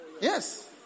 Yes